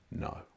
no